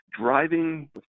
driving